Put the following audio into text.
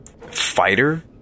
fighter